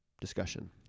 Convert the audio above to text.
discussion